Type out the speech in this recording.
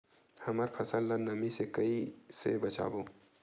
हमर फसल ल नमी से क ई से बचाबो?